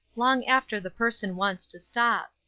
long after the person wants to stop.